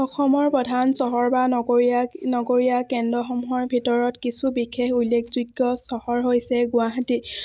অসমৰ প্ৰধান চহৰ বা নগৰীয়া নগৰীয়া কেন্দ্ৰসমূহৰ ভিতৰত কিছু বিশেষ উল্লেখযোগ্য চহৰ হৈছে গুৱাহাটী